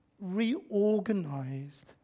reorganized